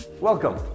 Welcome